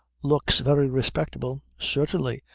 looks very respectable. certainly,